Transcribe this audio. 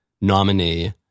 nominee